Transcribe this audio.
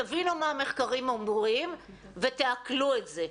תבינו מה המחקרים אומרים ותעכלו את זה.